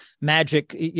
magic